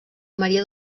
maria